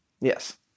Yes